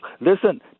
Listen